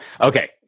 okay